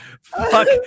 Fuck